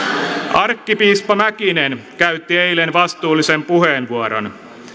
arkkipiispa mäkinen käytti eilen vastuullisen puheenvuoron